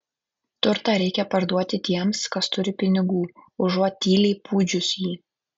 turtą reikia parduoti tiems kas turi pinigų užuot tyliai pūdžius jį